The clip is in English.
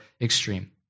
extreme